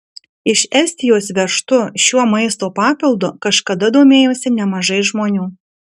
iš estijos vežtu šiuo maisto papildu kažkada domėjosi nemažai žmonių